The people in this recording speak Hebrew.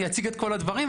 אני אציג את הכול,